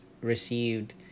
received